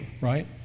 right